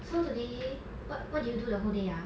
so today what what do you do the whole day ah